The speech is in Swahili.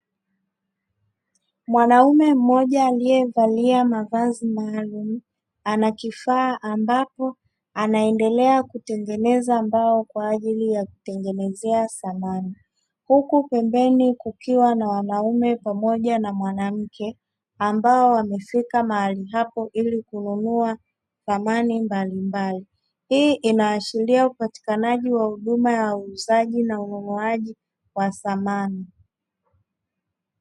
Mwanaume mmoja aliyevalia mavazi malamu anakifaa ambapo anaendelea kutengeneza mbao kwajili ya kutengenezea samani, huku pembeni kukiwa na wanaume pamoja na mwanawake ambao wamefika mahali hapo ili kununua samani mbalimbali. Hii inahashiria upatikanaji wa huduma ya uuzaji na ununuaji wa samani.